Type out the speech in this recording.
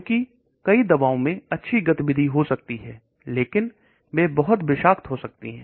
क्योंकि कई दवाओं में अच्छी गतिविधि हो सकती है लेकिन मैं बहुत विश्वास हो सकती हैं